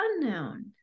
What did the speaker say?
unknown